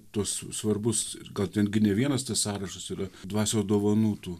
tuos svarbus ir gal ten gi ne vienas tas sąrašas yra dvasios dovanų tų